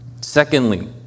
secondly